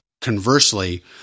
conversely